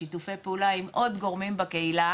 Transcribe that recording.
לשיתופי פעולה עם עוד גורמים בקהילה